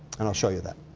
and i'll show you that.